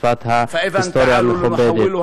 שפת ההיסטוריה המכובדת.